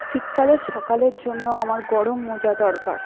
শীতকালের সকালের জন্য আমার গরম মোজা দরকার